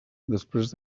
després